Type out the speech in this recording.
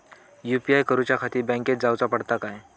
UPI करूच्याखाती बँकेत जाऊचा पडता काय?